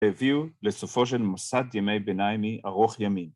תביאו לסופו של מוסד ימי ביניימי ארוך ימין.